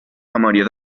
memòria